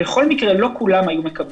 בכל מקרה לא כולם היו מקבלים.